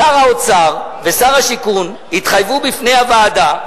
שר האוצר ושר השיכון התחייבו בפני הוועדה,